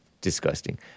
disgusting